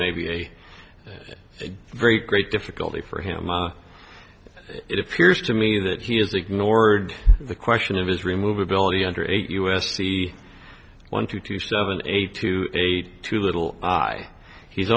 may be a very great difficulty for him it appears to me that he is ignored the question of is removed ability under eight u s c one two two seven eight two eight two little i he's